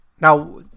Now